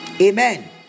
Amen